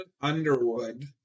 Underwood